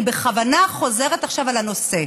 אני בכוונה חוזרת עכשיו על הנושא.